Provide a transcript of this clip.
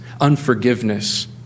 Unforgiveness